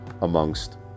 amongst